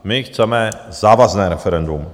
My chceme závazné referendum.